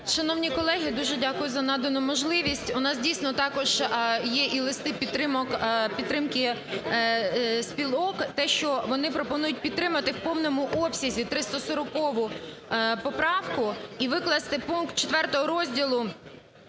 Шановні колеги, дуже дякую за надану можливість. У нас, дійсно, також є і листи підтримки спілок, те, що вони пропонують підтримати в повному обсязі 340 поправку і викласти пункт 4 розділу,